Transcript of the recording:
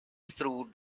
through